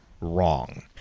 wrong